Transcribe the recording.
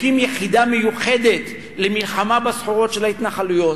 מקים יחידה מיוחדת למלחמה בסחורות של ההתנחלויות,